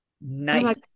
Nice